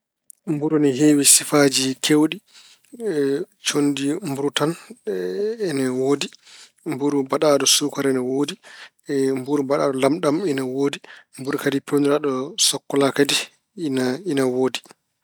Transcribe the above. Mburu ina heewi sifaaji keewɗi. conndi mburu tan ina woodi. Mburu mbaɗaaɗo suukara ina woodi. Mburu mbaɗaaɗo lamɗam ina woodi. Mburu kadi peewniraaɗo sokkola kadi ina- ina woodi.